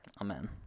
Amen